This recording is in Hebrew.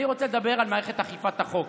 אני רוצה לדבר על מערכת אכיפת החוק.